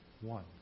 one